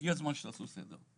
הגיע הזמן שתעשו סדר.